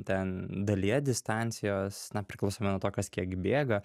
ten dalyje distancijos na priklausomai nuo to kas kiek bėga